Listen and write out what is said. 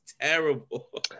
terrible